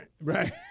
Right